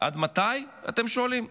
עד מתי, אתם שואלים?